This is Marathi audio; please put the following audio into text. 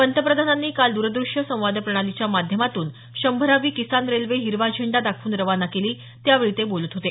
पंतप्रधानांनी काल द्रदृश्य संवाद प्रणालीच्या माध्यमातून शंभरावी किसान रेल्वे हिरवा झेंडा दाखवून रवाना केली त्यावेळी ते बोलत होते